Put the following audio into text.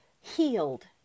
healed